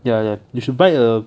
ya ya you should buy a